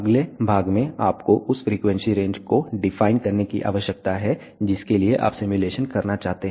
अगले भाग में आपको उस फ्रीक्वेंसी रेंज को डिफाइन करने की आवश्यकता है जिसके लिए आप सिमुलेशन करना चाहते हैं